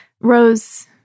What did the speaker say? rose